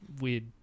weird